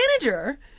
manager